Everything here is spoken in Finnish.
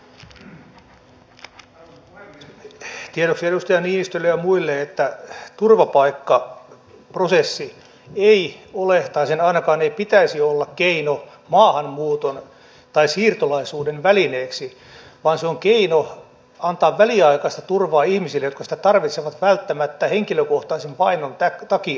tiedoksi edustaja niinistölle ja muille että turvapaikkaprosessi ei ole tai sen ainakaan ei pitäisi olla keino maahanmuuton tai siirtolaisuuden välineeksi vaan se on keino antaa väliaikaista turvaa ihmisille jotka sitä tarvitsevat välttämättä henkilökohtaisen vainon johdosta